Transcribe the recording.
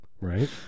right